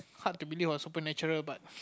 hard to believe about supernatural but